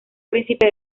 príncipe